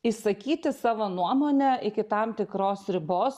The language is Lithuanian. išsakyti savo nuomonę iki tam tikros ribos